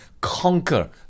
conquer